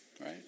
right